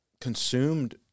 consumed